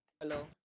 Hello